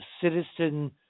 citizen